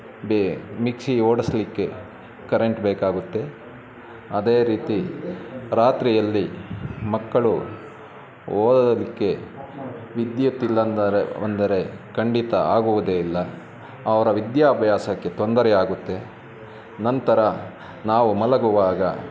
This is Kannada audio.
ಬೇ ಮಿಕ್ಷಿ ಓಡಿಸ್ಲಿಕ್ಕೆ ಕರೆಂಟ್ ಬೇಕಾಗುತ್ತೆ ಅದೇ ರೀತಿ ರಾತ್ರಿಯಲ್ಲಿ ಮಕ್ಕಳು ಓದೋದಕ್ಕೆ ವಿದ್ಯುತ್ ಇಲ್ಲಂದರೆ ಅಂದರೆ ಖಂಡಿತ ಆಗುವುದೇ ಇಲ್ಲ ಅವರ ವಿದ್ಯಾಭ್ಯಾಸಕ್ಕೆ ತೊಂದರೆ ಆಗುತ್ತೆ ನಂತರ ನಾವು ಮಲಗುವಾಗ